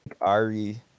Ari